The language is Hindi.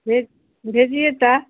भेज भेजिए तो